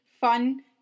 fun